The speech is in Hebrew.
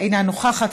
אינה נוכחת,